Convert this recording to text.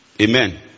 Amen